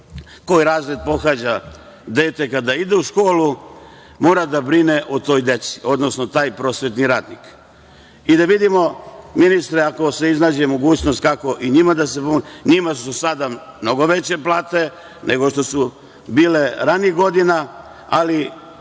koji razred pohađa dete kada ide u školu, moraju da brinu o toj deci, ti prosvetni radnici. Da vidimo ministre, ako se iznađe mogućnost kako njima da pomogne. Njima su sada mnogo veće plate nego što su bile ranijih godina, ali